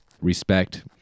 respect